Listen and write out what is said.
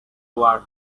war